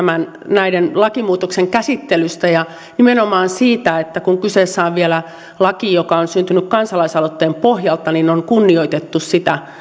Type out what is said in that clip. näiden lakimuutosten käsittelystä ja nimenomaan siitä että kun kyseessä on vielä laki joka on syntynyt kansalaisaloitteen pohjalta niin on kunnioitettu sitä